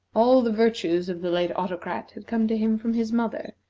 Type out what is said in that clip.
all the virtues of the late autocrat had come to him from his mother,